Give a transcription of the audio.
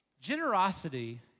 Generosity